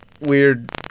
weird